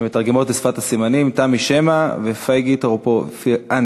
שמתרגמות לשפת הסימנים: תמי שמע ופייגי טרואופיאנסקי.